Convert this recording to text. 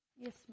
Yes